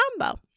combo